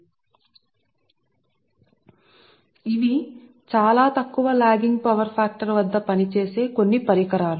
కాబట్టి ఇవి చాలా తక్కువ లాగింగ్ పవర్ ఫ్యాక్టర్ వద్ద పనిచేసే కొన్ని పరికరాలు